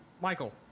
Michael